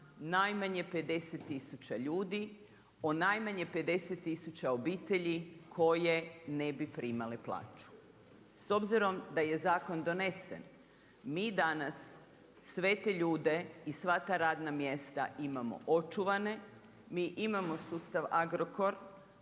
najmanje 50 tisuća ljudi, o najmanje 50 tisuća obitelji koje ne bi primale plaću. S obzirom, da je zakon donesen, mi danas sve te ljude i sva ta radna mjesta imamo očuvane, mi imamo sustav Agrokor,